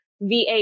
VA